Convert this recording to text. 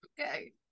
okay